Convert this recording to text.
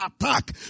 attack